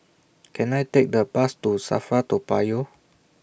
Can I Take A Bus to SAFRA Toa Payoh